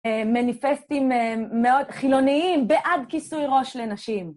מניפסטים מאוד חילוניים, בעד כיסוי ראש לנשים.